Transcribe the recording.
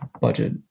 budget